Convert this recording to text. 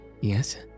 Yes